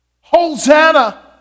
Hosanna